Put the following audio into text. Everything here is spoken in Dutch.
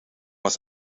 was